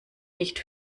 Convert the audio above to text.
nicht